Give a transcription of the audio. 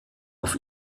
auf